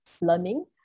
learning